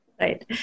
Right